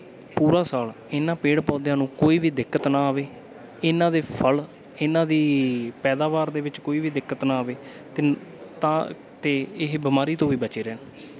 ਪੂਰਾ ਸਾਲ ਇਹਨਾਂ ਪੇੜ ਪੌਦਿਆਂ ਨੂੰ ਕੋਈ ਵੀ ਦਿੱਕਤ ਨਾ ਆਵੇ ਇਹਨਾਂ ਦੇ ਫ਼ਲ ਇਹਨਾਂ ਦੀ ਪੈਦਾਵਾਰ ਦੇ ਵਿੱਚ ਕੋਈ ਵੀ ਦਿੱਕਤ ਨਾ ਆਵੇ ਅਤੇ ਤਾਂ ਅਤੇ ਇਹ ਬਿਮਾਰੀ ਤੋਂ ਵੀ ਬਚੇ ਰਹਿਣ